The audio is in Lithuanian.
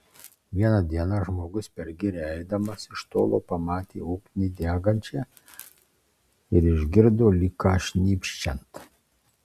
vieną dieną žmogus per girią eidamas iš tolo pamatė ugnį degančią ir išgirdo lyg ką šnypščiant